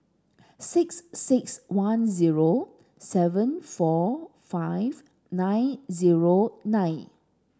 six six one zero seven four five nine zero nine